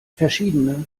verschiedene